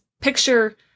picture